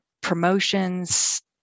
promotions